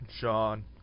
Sean